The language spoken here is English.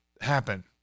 happen